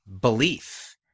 belief